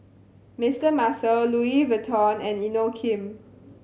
Mister Muscle Louis Vuitton and Inokim